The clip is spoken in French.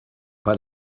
pas